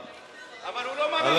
לא במאה